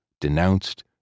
denounced